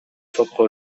сотко